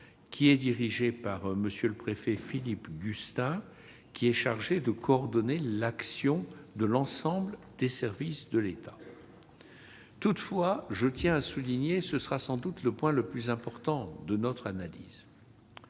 sous l'autorité du préfet Philippe Gustin, chargé de coordonner l'action de l'ensemble des services de l'État. Toutefois, je dois souligner- ce sera sans doute le point le plus important de notre analyse